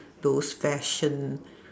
those fashion